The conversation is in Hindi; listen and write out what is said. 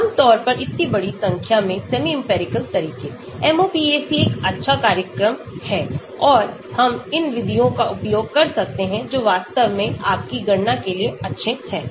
आम तौर पर इतनी बड़ी संख्या में सेमी इंपिरिकल तरीके MOPAC एक अच्छा कार्यक्रम है और हम इन विधियों का उपयोग कर सकते हैं जो वास्तव में आपकी गणना के लिए अच्छे हैं